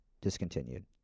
discontinued